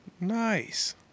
Nice